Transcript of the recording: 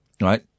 right